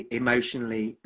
emotionally